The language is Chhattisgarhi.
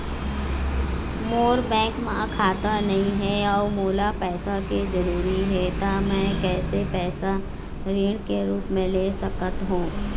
मोर बैंक म खाता नई हे अउ मोला पैसा के जरूरी हे त मे कैसे पैसा ऋण के रूप म ले सकत हो?